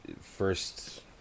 first